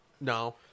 no